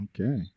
okay